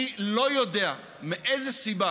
אני לא יודע איזו סיבה